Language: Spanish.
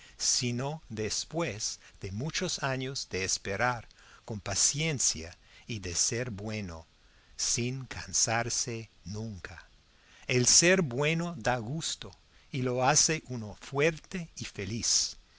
sino después de muchos años de esperar con paciencia y de ser bueno sin cansarse nunca el ser bueno da gusto y lo hace a uno fuerte y feliz